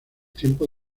tiempos